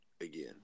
again